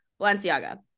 balenciaga